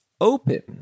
open